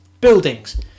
buildings